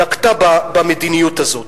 נקטה את המדיניות הזאת.